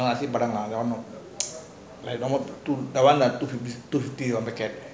ah nasi padang ah forgot some ah that one two fifty one packet